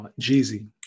Jeezy